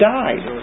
died